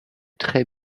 très